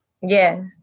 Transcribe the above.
Yes